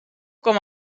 com